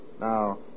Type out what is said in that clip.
Now